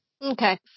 Okay